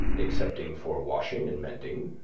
excepting for washing and mending,